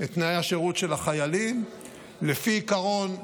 את תנאי השירות של החיילים לפי עיקרון שאומר: